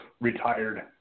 retired